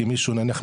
כי מישהו נניח,